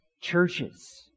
churches